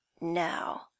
now